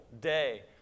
day